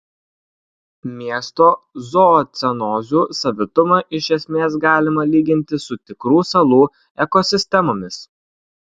miesto zoocenozių savitumą iš esmės galima lyginti su tikrų salų ekosistemomis